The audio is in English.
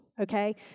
Okay